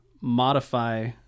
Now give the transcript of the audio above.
modify